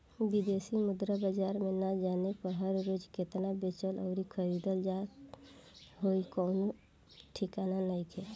बिदेशी मुद्रा बाजार में ना जाने हर रोज़ केतना बेचल अउरी खरीदल जात होइ कवनो ठिकाना नइखे